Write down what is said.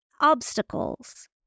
obstacles